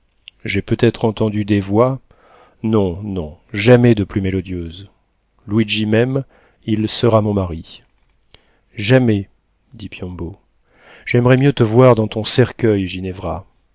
j'ai peut-être entendu des voix non non jamais de plus mélodieuses luigi m'aime il sera mon mari jamais dit piombo j'aimerais mieux te voir dans ton cercueil ginevra